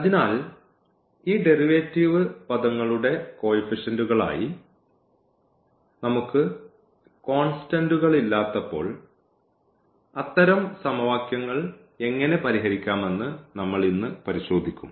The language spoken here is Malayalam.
അതിനാൽ ഈ ഡെറിവേറ്റീവ് പദങ്ങളുടെ കോയിഫിഷ്യന്റ്കളായി നമുക്ക് കോൺസ്റ്റന്റ്കളില്ലാത്തപ്പോൾ അത്തരം സമവാക്യങ്ങൾ എങ്ങനെ പരിഹരിക്കാമെന്ന് നമ്മൾ ഇന്ന് പരിശോധിക്കും